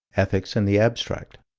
ethics and the abstract.